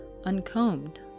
uncombed